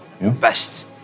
Best